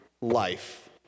life